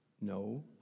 No